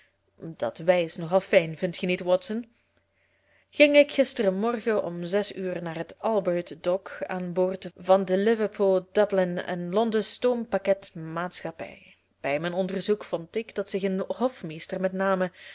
nog al fijn vindt ge niet watson ging ik gisteren morgen om zes uur naar het albert dok aan boord van de may day van de liverpool dublin en londen stoom pakketvaart maatschappij bij mijn onderzoek vond ik dat zich een hofmeester met name